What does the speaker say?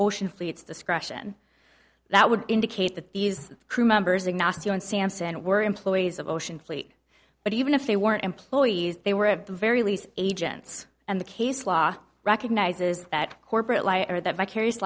ocean fleets discretion that would indicate that these crew members ignacio and samson were employees of ocean fleet but even if they weren't employees they were of the very least agents and the case law recognizes that corporate lie or that vicarious